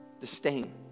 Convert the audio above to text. disdain